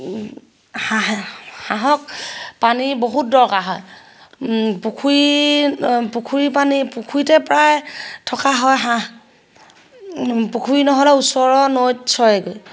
হাঁহে হাঁহক পানী বহুত দৰকাৰ হয় পুখুৰী পুখুৰী পানী পুখুৰীতে প্ৰায় থকা হয় হাঁহ পুখুৰী নহ'লে ওচৰৰ নৈত চৰেগৈ